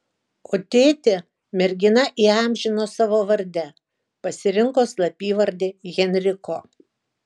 o tėtį mergina įamžino savo varde pasirinko slapyvardį henriko